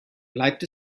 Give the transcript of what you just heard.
bleibt